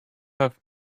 have